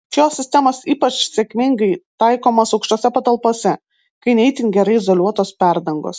šios sistemos ypač sėkmingai taikomos aukštose patalpose kai ne itin gerai izoliuotos perdangos